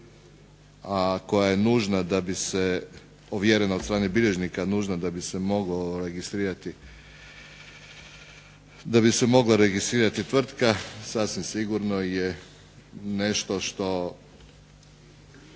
a koja je nužna da bi se, ovjerena od strane bilježnika, nužna da bi se mogla registrirati tvrtka sasvim sigurno je nešto što